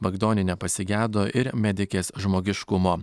bagdonienė pasigedo ir medikės žmogiškumo